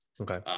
Okay